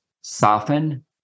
soften